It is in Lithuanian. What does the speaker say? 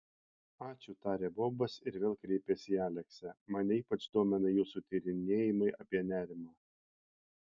ačiū tarė bobas ir vėl kreipėsi į aleksę mane ypač domina jūsų tyrinėjimai apie nerimą